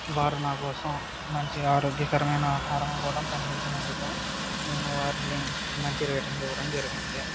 వారు నా కోసం మంచి ఆరోగ్యకరమైన ఆహారం కూడా పంపించినందుకు నేను వారిని మంచి రేటింగ్ ఇవ్వడం జరిగింది